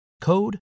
code